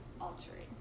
altering